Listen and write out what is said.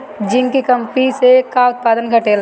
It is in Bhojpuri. जिंक की कमी से का उत्पादन घटेला?